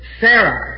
Sarah